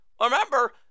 Remember